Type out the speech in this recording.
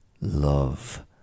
love